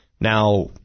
Now